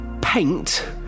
paint